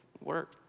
work